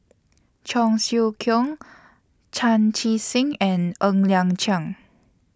Cheong Siew Keong Chan Chee Seng and Ng Liang Chiang